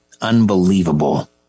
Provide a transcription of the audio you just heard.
Unbelievable